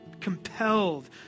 compelled